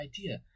idea